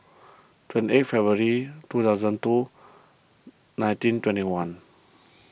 twenty eight February two thousand and two nineteen twenty one